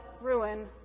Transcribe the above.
ruin